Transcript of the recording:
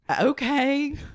Okay